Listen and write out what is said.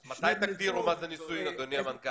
אז מתי תגדירו מה זה נישואין, אדוני המנכ"ל?